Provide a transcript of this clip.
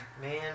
Man